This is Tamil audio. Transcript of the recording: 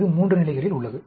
இது 3 நிலைகளில் உள்ளது